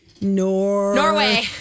Norway